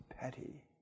petty